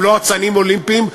הם לא אצנים אולימפיים,